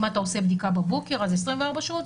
אם אתה עושה בדיקה בבוקר אז 24 שעות,